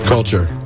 Culture